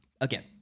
again